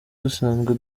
dusanzwe